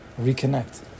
reconnect